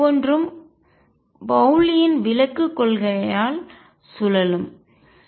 அவை ஒவ்வொன்றும் பவுலியின் விலக்கு கொள்கையால் சுழலும்